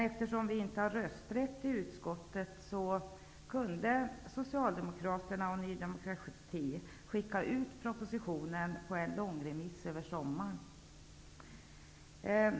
Eftersom vi inte har rösträtt i utskottet kunde Socialdemokraterna och Ny demokrati skicka ut propositionen på en långremiss över sommaren.